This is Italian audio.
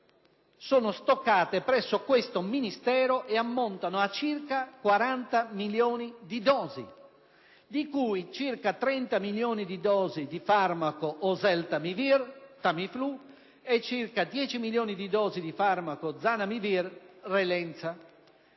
sono stoccate presso questo Ministero e ammontano a circa 40 milioni di dosi, di cui circa 30 milioni di dosi di farmaco oseltamivir (Tamiflu) e circa 10 milioni di dosi di farmaco zanamivir (Relenza).